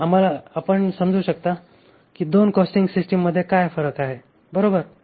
तर आपण समजू शकता की 2 कॉस्टिंग सिस्टममध्ये काय फरक आहे बरोबर